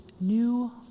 new